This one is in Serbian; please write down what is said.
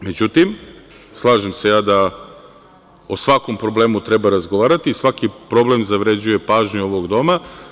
Međutim, slažem se ja da o svakom problemu treba razgovarati i svaki problem zavređuje pažnju ovog Doma.